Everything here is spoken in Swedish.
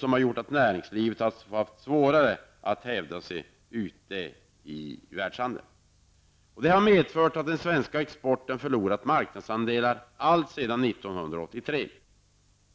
Det har gjort att näringslivet haft svårare att hävda sig i världshandeln. Det har i sin tur medfört att den svenska exporten har förlorat marknadsandelar alltsedan 1983.